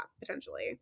potentially